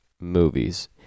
movies